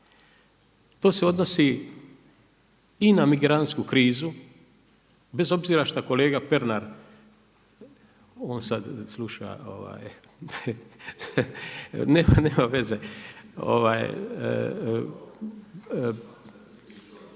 To se odnosi i na migrantsku krizu bez obzira šta kolega Pernar on sad sluša, nema veze, možemo